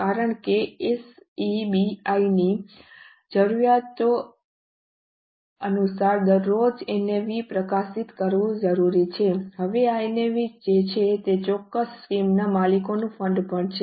કારણ કે સેબી ની જરૂરિયાતો અનુસાર દરરોજ NAV પ્રકાશિત કરવું જરૂરી છે હવે આ NAV જે તે ચોક્કસ સ્કીમના માલિકોનું ફંડ પણ છે